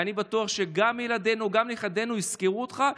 ואני בטוח שגם ילדינו וגם נכדינו יזכרו אותך.